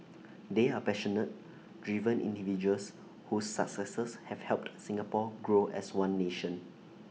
they are passionate driven individuals whose successes have helped Singapore grow as one nation